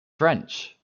french